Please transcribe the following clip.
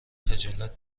خجالت